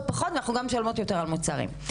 פחות וגם משלמות יותר על מוצרים.